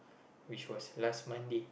which was last Monday